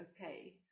okay